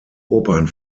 opern